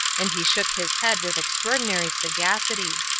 and he shook his head with extraordinary sagacity.